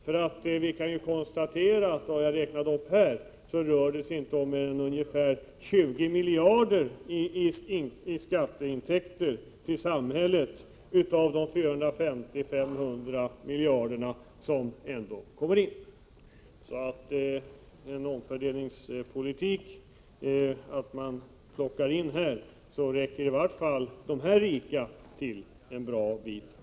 De skatter som vi får in av det som jag här har räknat upp utgörs ju inte av mer än ungefär 20 miljarder kronor av samhällets totalt 450-500 miljarder kronor i skatteintäkter. Med en omfördelningspolitik där man plockar in pengar på dessa områden räcker i vart fall de rika till ganska väl.